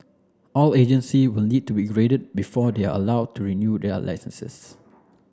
all agency will need to be graded before they are allowed to renew their licences